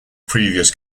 previous